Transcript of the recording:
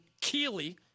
Keely